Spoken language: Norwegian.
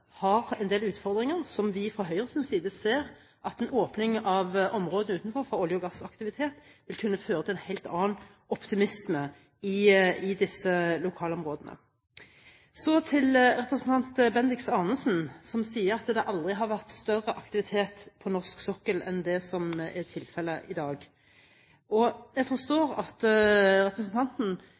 har en del utfordringer der vi fra Høyres side ser at en åpning av området utenfor for olje- og gassaktivitet vil kunne føre til en helt annen optimisme i disse lokale områdene. Så til representanten Bendiks H. Arnesen, som sier at det aldri har vært større aktivitet på norsk sokkel enn det som er tilfellet i dag. Jeg forstår at representanten